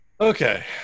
Okay